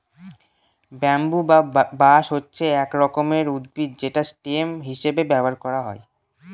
bamboo বা বাঁশ হচ্ছে এক রকমের উদ্ভিদ যেটা স্টেম হিসেবে ব্যবহার করা হয়